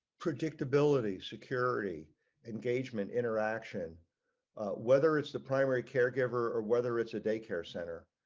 predictability security engagement interaction whether it's the primary care giver or whether it's a day care center.